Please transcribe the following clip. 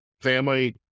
family